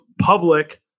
public